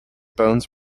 bones